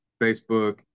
Facebook